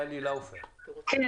טלי, את צודקת